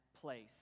place